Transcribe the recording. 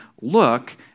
look